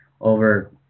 over